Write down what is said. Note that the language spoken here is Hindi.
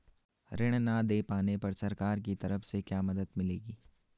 ऋण न दें पाने पर सरकार की तरफ से क्या मदद मिलेगी?